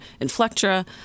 Inflectra